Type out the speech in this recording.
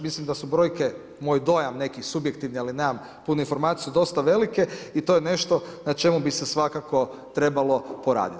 Mislim da su brojke, moj dojam neki subjektivni ali nemam punu informaciju, dosta velike i to je nešto na čemu bi se svakako trebalo poraditi.